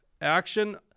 action